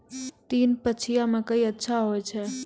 तीन पछिया मकई अच्छा होय छै?